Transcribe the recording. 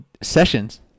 Sessions